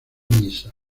misa